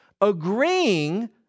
agreeing